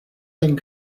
thing